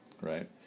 right